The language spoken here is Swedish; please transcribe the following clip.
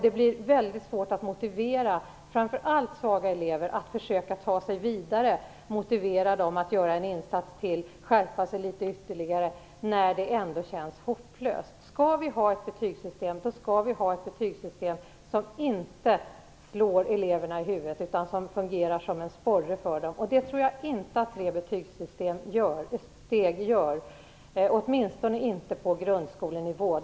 Det blir väldigt svårt att motivera framför allt svaga elever att ta sig vidare, motivera dem att göra en insats till, skärpa sig ytterligare när det ändå känns hopplöst. Skall vi ha ett betygssystem, skall vi ha ett system som inte slår eleverna i huvudet utan som fungerar som en sporre för dem. Det tror jag inte ett trebetygssystem gör, åtminstone inte på grundskolenivå.